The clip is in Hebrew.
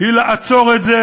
היא לעצור את זה,